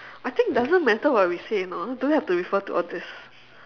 I think doesn't matter what we say you know don't have to refer to all these